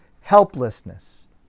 helplessness